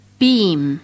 beam